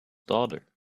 daughter